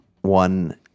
One